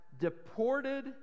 Deported